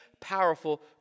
powerful